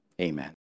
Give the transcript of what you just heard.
Amen